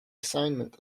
assignment